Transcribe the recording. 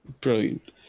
brilliant